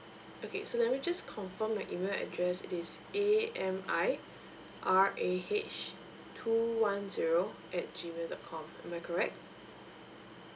okay so let me just confirm your email address it is a m i r a h two one zero at G mail dot com am I correct